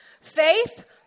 Faith